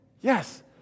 Yes